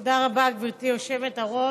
תודה רבה, גברתי היושבת-ראש.